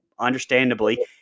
understandably